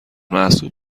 محسوب